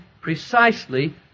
precisely